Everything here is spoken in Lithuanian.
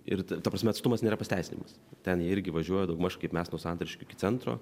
ir ta prasme atstumas nėra pasiteisinimas ten jie irgi važiuoja daugmaž kaip mes nuo santariškių iki centro